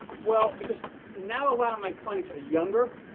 well, because now, a lot of my clients are younger.